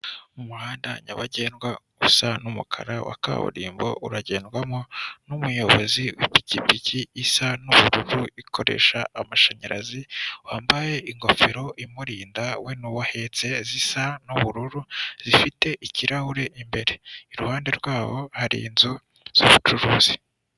Umuhanda nyabagendwa usa n'umukara wa kaburimbo uragendwamo n'umuyobozi w'ipikipiki isa n'ubururu ikoresha amashanyarazi, wambaye ingofero imurinda we n'uwo ahetse zisa n'ubururu zifite ikirahure imbere, iruhande rwabo hari inzu z'ubucuruzi.